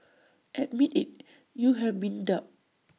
admit IT you have been duped